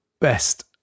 best